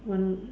one